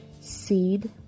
Seed